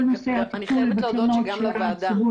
אני חייבת להודות שגם לוועדה.